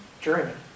journey